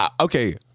okay